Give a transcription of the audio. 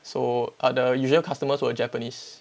so uh the usual customers were japanese